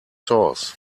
sauce